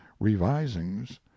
revisings